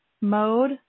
mode